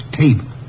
tape